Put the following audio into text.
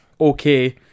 okay